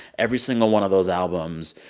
every single one of those albums,